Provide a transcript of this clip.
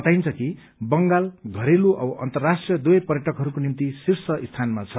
बताइन्छ कि बंगाल घरेलू औ अन्तर्राष्ट्रीय दुवै पर्यटकहरूको निम्ति शीर्ष स्थानमा छ